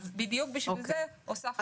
בדיוק בשביל זה הוספנו את הטבלה.